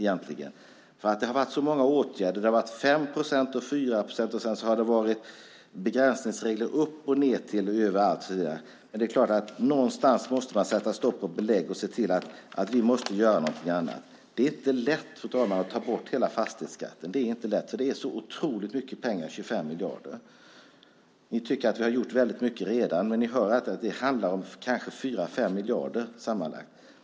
Det har varit 5 procent, 4 procent och sedan begränsningsregler upp och ned och överallt. Men någonstans måste man säga stopp och belägg och se till att något annat görs. Det är inte lätt, fru talman, att ta bort hela fastighetsskatten eftersom det är fråga om så otroligt mycket pengar - 25 miljarder. Ni tycker att vi redan har gjort mycket, men ni hör att det handlar om sammanlagt kanske 4-5 miljarder.